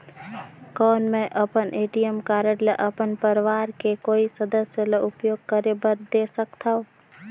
कौन मैं अपन ए.टी.एम कारड ल अपन परवार के कोई सदस्य ल उपयोग करे बर दे सकथव?